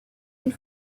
une